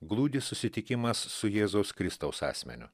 glūdi susitikimas su jėzaus kristaus asmeniu